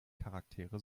charaktere